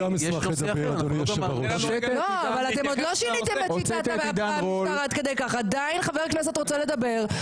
------ לא שיניתם --- עדיין חבר כנסת רוצה לדבר,